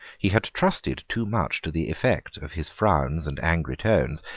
he had trusted too much to the effect of his frowns and angry tones,